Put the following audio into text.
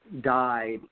died